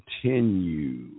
continue